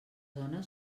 zona